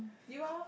give or